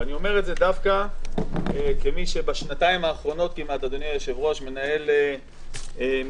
ואני אומר את זה דווקא כמי שבשנתיים האחרונות מנהל משפט,